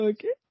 Okay